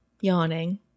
yawning